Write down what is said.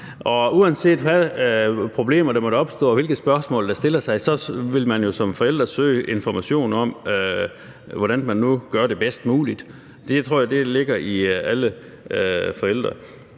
og hvilke spørgsmål der rejser sig, så vil man jo som forælder søge information om, hvordan man nu gør det bedst muligt. Det tror jeg ligger i alle forældre.